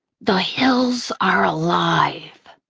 the hills are alive,